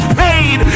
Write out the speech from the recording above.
paid